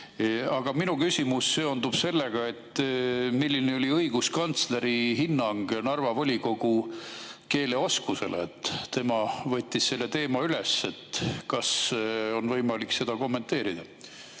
Aga minu küsimus seondub sellega, milline oli õiguskantsleri hinnang Narva volikogu keeleoskusele. Tema võttis selle teema üles. Kas on võimalik seda kommenteerida?